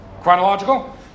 chronological